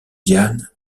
diane